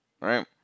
right